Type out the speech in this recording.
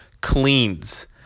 cleans